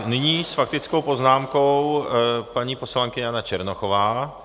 Nyní s faktickou poznámkou paní poslankyně Jana Černochová.